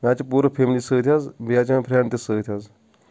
مےٚ حظ چھ پورٕ فیملی سۭتی حظ بیٚیہ حظ چھ مےٚ فرینڈ تہ سۭتی حظ